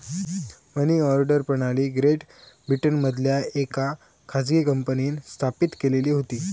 मनी order प्रणाली great ब्रिटनमधल्या येका खाजगी कंपनींन स्थापित केलेली होती